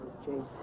Jason